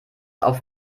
auf